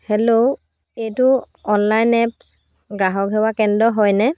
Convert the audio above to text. hello এইটো online apps গ্ৰাহক সেৱা কেন্দ্ৰ হয়নে